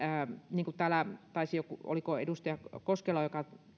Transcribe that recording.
niin kuin täällä taisi joku oliko edustaja koskela